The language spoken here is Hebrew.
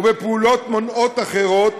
ופעולות מונעות אחרות